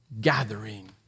gathering